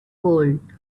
world